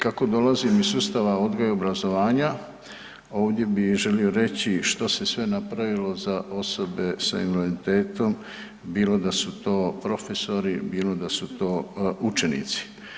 Kako dolazim iz sustava odgoja i obrazovanja, ovdje bih želio reći što se sve napravilo za osobe s invaliditetom, bilo da su to profesori, bilo da su to učenici.